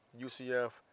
UCF